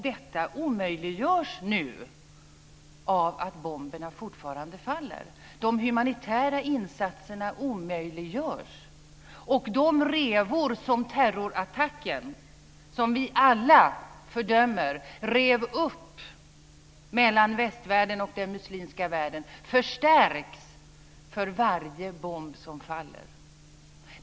Detta omöjliggörs nu av att bomberna fortfarande faller. De humanitära insatserna omöjliggörs. De revor som terrorattacken, som vi alla fördömer, rev upp mellan västvärlden och den muslimska världen förstärks för varje bomb som faller.